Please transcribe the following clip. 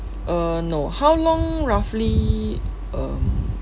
uh no how long roughly um